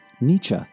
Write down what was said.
Nietzsche